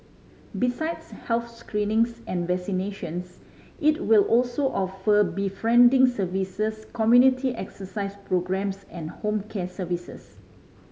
besides health screenings and vaccinations it will also offer befriending services community exercise programmes and home care services